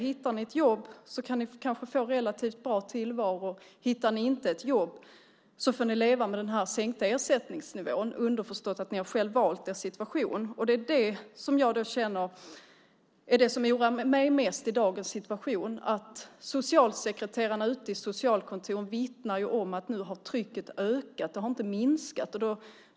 Hittar ni ett jobb kanske ni kan få en relativt bra tillvaro. Hittar ni inte ett jobb får ni leva med den sänkta ersättningsnivån, underförstått: Ni har själva valt er situation. Det är det som oroar mig mest i dagens situation. Socialsekreterarna ute på socialkontoren vittnar om att trycket nu har ökat. Det har inte minskat.